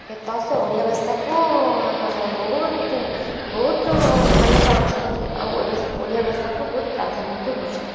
ସେ ଓଡ଼ିଆ ଭାଷାକୁ ବହୁତ ବହୁତ ଭଲ ପାଉଛନ୍ତି ଆଉ ଓଡ଼ିଆ ଭାଷାକୁ ବହୁତ୍ ପ୍ରାଧାନ୍ୟ ମଧ୍ୟ ଦେଉଛନ୍ତି